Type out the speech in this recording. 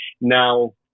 now